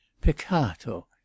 Peccato